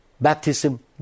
baptism